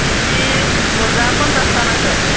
मिस्थि गजा फनसासथा नांगौ